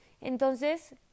Entonces